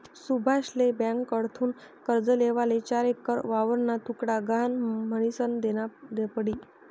सुभाषले ब्यांककडथून कर्ज लेवाले चार एकर वावरना तुकडा गहाण म्हनीसन देना पडी